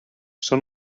són